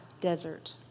desert